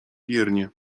wiernie